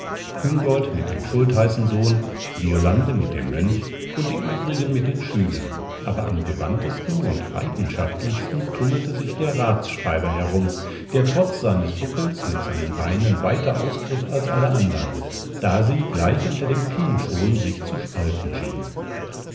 küngolt mit dem schultheißensohn violande mit dem mönch und die übrigen mit den schülern aber am gewandtesten und leidenschaftlichsten tummelte sich der ratsschreiher herum der trotz seines buckels mit seinen beinen weiter ausgriff als alle andern da sie gleich unter dem kinn schon sich zu spalten schienen